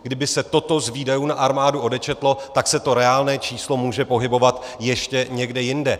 Kdyby se toto z výdajů na armádu odečetlo, tak se to reálné číslo může pohybovat ještě někde jinde.